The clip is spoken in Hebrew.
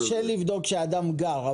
קשה לבדוק שאדם גר.